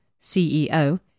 CEO